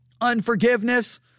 unforgiveness